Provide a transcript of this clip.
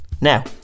Now